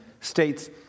states